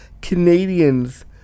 Canadians